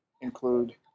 include